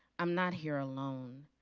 i'm not here alone.